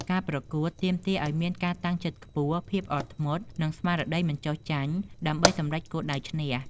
ការប្រកួតទាមទារឱ្យមានការតាំងចិត្តខ្ពស់ ភាពអត់ធ្មត់ និងស្មារតីមិនចុះចាញ់ដើម្បីសម្រេចគោលដៅឈ្នះ។